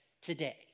Today